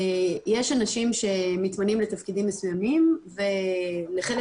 יש אנשים שמתמנים לתפקידים מסוימים ולחלק